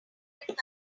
hundred